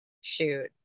shoot